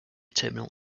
terminal